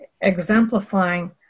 exemplifying